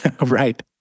Right